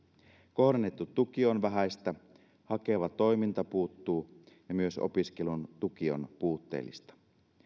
kohdennettu tuki on vähäistä hakeva toiminta puuttuu ja myös opiskelun tuki on puutteellista